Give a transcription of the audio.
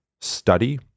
study